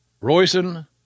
Royson